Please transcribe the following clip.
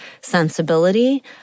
sensibility